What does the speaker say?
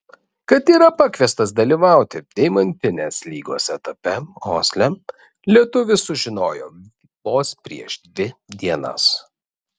kad yra pakviestas dalyvauti deimantinės lygos etape osle lietuvis sužinojo vos prieš dvi dienas